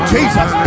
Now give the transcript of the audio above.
Jesus